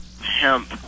Hemp